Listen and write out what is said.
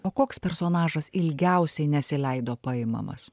o koks personažas ilgiausiai nesileido paimamas